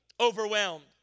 overwhelmed